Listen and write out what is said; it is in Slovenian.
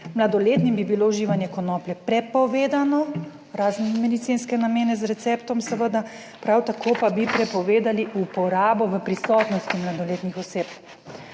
Mladoletnim bi bilo uživanje konoplje prepovedano, razen v medicinske namene z receptom seveda, prav tako pa bi prepovedali uporabo v prisotnosti mladoletnih oseb.